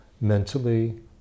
mentally